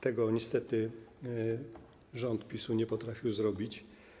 Tego niestety rząd PiS-u nie potrafił zrobić.